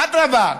אדרבה,